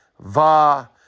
va